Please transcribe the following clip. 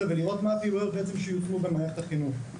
ולראות מה הפעילויות שיושמו במערכת החינוך.